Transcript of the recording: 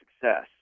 success